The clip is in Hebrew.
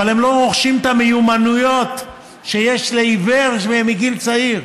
אבל הם לא רוכשים את המיומנויות שיש לעיוור מגיל צעיר,